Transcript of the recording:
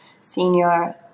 senior